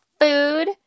food